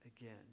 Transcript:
again